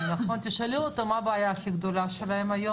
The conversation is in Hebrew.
תשאלי אותו מה הבעיה הכי גדולה שלהם היום,